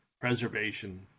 preservation